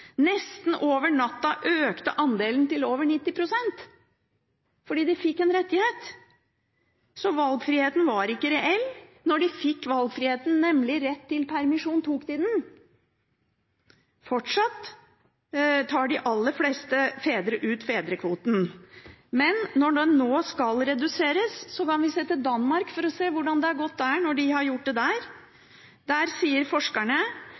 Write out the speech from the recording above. Nesten over natten økte andelen til over 90 pst. fordi de fikk en rettighet. Så valgfriheten var ikke reell. Da de fikk valgfriheten, nemlig rett til permisjon, tok de den. Fortsatt tar de aller fleste fedre ut fedrekvoten, men når den nå skal reduseres, kan vi se til Danmark for å se hvordan det har gått når de har gjort det der. Der sier forskerne